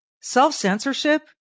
Self-censorship